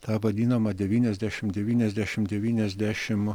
tą vadinamą devyniasdešimt devyniasdešimt devyniasdešimt